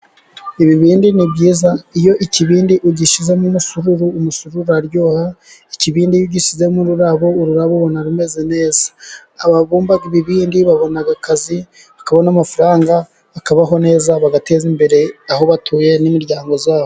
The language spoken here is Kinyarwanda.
Ibibindi ni byiza, iyo ikibindi ugishyizemo umusururu, umusururu uraryoha, ikibindi iyo ugisizemo ururabo, urarabo ruba rumeze neza. Ababumba ibibindi babona akazi, bakabona amafaranga, bakabaho neza, bagateza imbere aho batuye n'imiryango yabo.